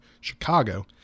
Chicago